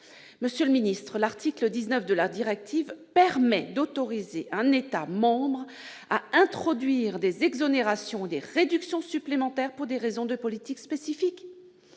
Monsieur le secrétaire d'État, l'article 19 de la directive permet d'autoriser un État membre à introduire des exonérations ou des réductions supplémentaires pour des raisons de politique spécifiques.